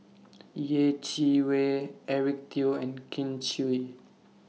Yeh Chi Wei Eric Teo and Kin Chui